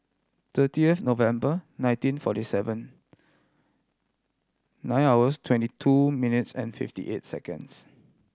thirty of November nineteen forty seven nine hours twenty two minutes and fifty eight seconds